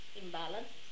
imbalance